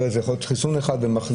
זה יכול להיות חיסון אחד ומחלים,